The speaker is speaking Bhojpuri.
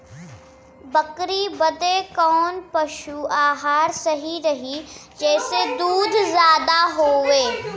बकरी बदे कवन पशु आहार सही रही जेसे दूध ज्यादा होवे?